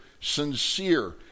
sincere